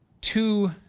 Two